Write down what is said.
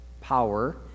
power